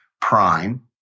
prime